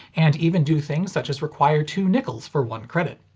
and even do things such as require two nickels for one credit.